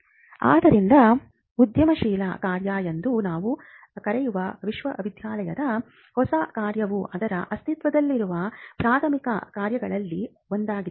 ಆದ್ದರಿಂದ ಉದ್ಯಮಶೀಲತಾ ಕಾರ್ಯ ಎಂದು ನಾವು ಕರೆಯುವ ವಿಶ್ವವಿದ್ಯಾನಿಲಯದ ಹೊಸ ಕಾರ್ಯವು ಅದರ ಅಸ್ತಿತ್ವದಲ್ಲಿರುವ ಪ್ರಾಥಮಿಕ ಕಾರ್ಯಗಳಲ್ಲಿ ಒಂದಾಗಿದೆ